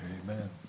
Amen